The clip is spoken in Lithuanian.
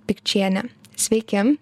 pikčiene sveiki